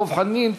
דב חנין,